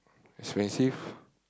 expensive